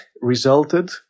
resulted